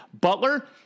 Butler